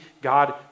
God